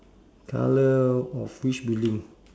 colour of which building